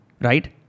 right